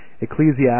Ecclesiastes